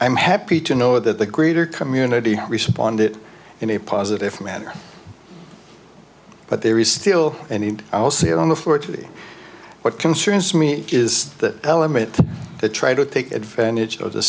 i'm happy to know that the greater community responded in a positive manner but there is still and i'll say on the forty what concerns me is that element that try to take advantage of the